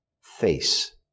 face